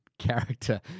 character